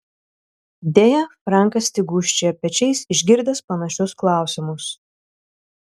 deja frankas tik gūžčioja pečiais išgirdęs panašius klausimus